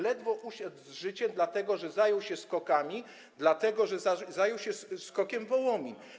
ledwo uszedł z życiem, dlatego że zajął się SKOK-ami, dlatego że zajął się SKOK-iem Wołomin.